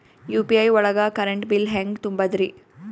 UPI ಒಳಗ current bill ಹೆಂಗ್ ತುಂಬದ್ರಿ?